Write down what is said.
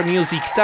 Music